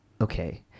Okay